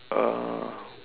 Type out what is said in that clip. uh